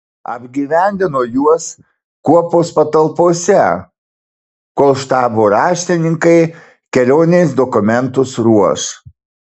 apgyvendino juos kuopos patalpose kol štabo raštininkai kelionės dokumentus ruoš